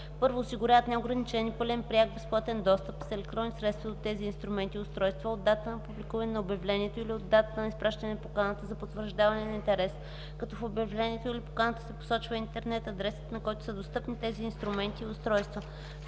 1. осигуряват неограничен и пълен пряк безплатен достъп с електронни средства до тези инструменти и устройства от датата на публикуване на обявлението или от датата на изпращане на поканата за потвърждаване на интерес, като в обявлението или поканата се посочва интернет адресът, на който са достъпни тези инструменти и устройства;